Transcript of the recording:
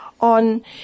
on